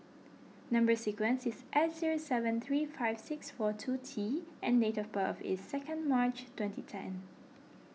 Number Sequence is S zero seven three five six four two T and date of birth is second March twenty ten